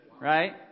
right